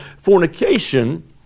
fornication